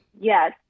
Yes